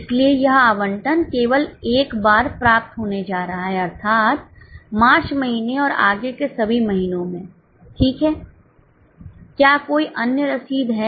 इसलिए यह आवंटन केवल एक बार प्राप्त होने जा रहा है अर्थात मार्च महीने और आगे के सभी महीनों में ठीक है क्या कोई अन्य रसीद है